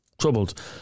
Troubled